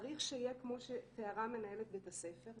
צריך שיהיה כמו שתיארה מנהלת בית הספר,